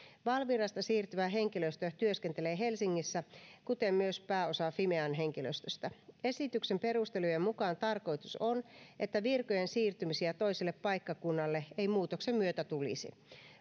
valvirasta siirtyvä henkilöstö työskentelee helsingissä kuten myös pääosa fimean henkilöstöstä esityksen perustelujen mukaan tarkoitus on että virkojen siirtymisiä toiselle paikkakunnalle ei muutoksen myötä tulisi